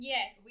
Yes